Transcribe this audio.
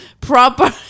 proper